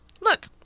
look